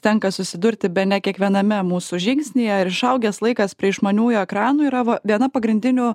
tenka susidurti bene kiekviename mūsų žingsnyje ir išaugęs laikas prie išmaniųjų ekranų yra viena pagrindinių